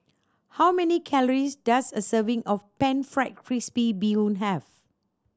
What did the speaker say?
how many calories does a serving of Pan Fried Crispy Bee Hoon have